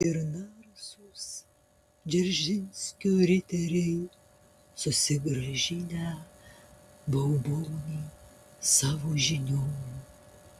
ir narsūs dzeržinskio riteriai susigrąžinę baubonį savo žinion